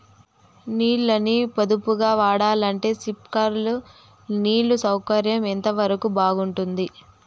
నీళ్ళ ని పొదుపుగా వాడాలంటే స్ప్రింక్లర్లు నీళ్లు సౌకర్యం ఎంతవరకు బాగుంటుంది?